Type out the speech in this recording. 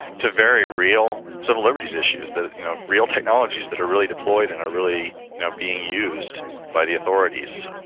to very real civil liberties issues, the you know real technologies that are really deployed and are really you know being used by the authorities.